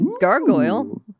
gargoyle